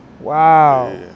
Wow